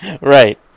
right